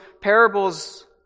parables